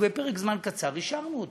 ובפרק זמן קצר אישרנו אותו.